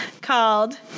called